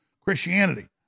Christianity